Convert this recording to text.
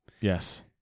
Yes